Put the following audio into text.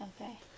Okay